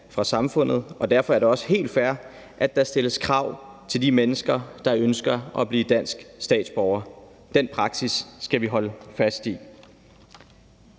fra samfundet, og derfor er det også helt fair, at der stilles krav til de mennesker, der ønsker at blive danske statsborgere. Den praksis skal vi holde fast i.